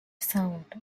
sound